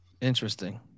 Interesting